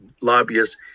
lobbyists